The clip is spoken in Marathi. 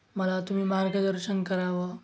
मला तुम्ही मार्गदर्शन करावं